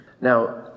Now